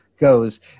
goes